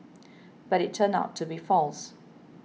but it turned out to be false